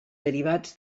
derivats